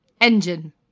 Engine